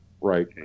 Right